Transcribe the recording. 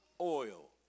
oil